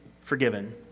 forgiven